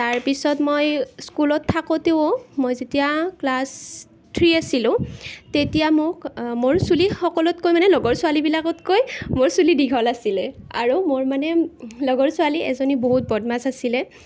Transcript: তাৰ পিছত মই স্কুলত থাকোঁতেও মই যেতিয়া ক্লাছ থ্ৰী আছিলো তেতিয়া মোক মোৰ চুলি সকলোতকৈ মানে লগৰ ছোৱালীবিলাকতকৈ মোৰ চুলি দীঘল আছিলে আৰু মোৰ মানে লগৰ ছোৱালী এজনী বহুত বদমাছ আছিলে